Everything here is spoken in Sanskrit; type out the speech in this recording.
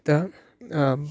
त